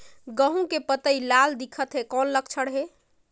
गहूं के पतई लाल दिखत हे कौन लक्षण हे?